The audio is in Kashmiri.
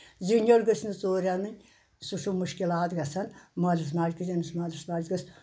زِنۍ ہٹۍ گٔژھ نہٕ توٗرۍ اَنٕنۍ سُہ چھُ مُشکِلات گژھان مٲلِس ماجہِ کیُتھ أمِس مٲلِس ماجہِ گٔژھ